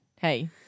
Hey